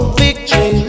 victory